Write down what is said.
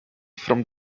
from